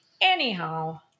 Anyhow